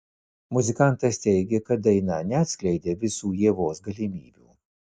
muzikantas teigė kad daina neatskleidė visų ievos galimybių